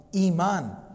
iman